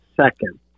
second